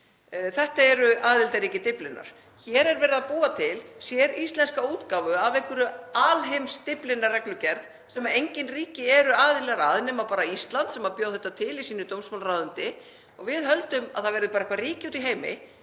Þetta eru aðildarríki Dyflinnarreglugerðarinnar. Hér er verið að búa til séríslenska útgáfu af einhverri alheims Dyflinnarreglugerð sem engin ríki eru aðilar að, nema Ísland sem bjó þetta til í sínu dómsmálaráðuneyti, og við höldum að það verði eitthvert ríki úti í heimi,